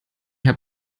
herr